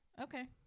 Okay